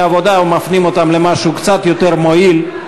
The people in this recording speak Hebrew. העבודה ומפנים אותם למשהו קצת יותר מועיל.